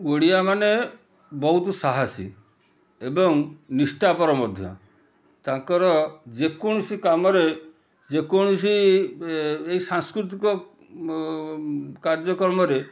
ଓଡ଼ିଆମାନେ ବହୁତ ସାହାସୀ ଏବଂ ନିଷ୍ଠାପର ମଧ୍ୟ ତାଙ୍କର ଯେକୌଣସି କାମରେ ଯେକୌଣସି ଏଇ ସାଂସ୍କୃତିକ କାର୍ଯ୍ୟକ୍ରମରେ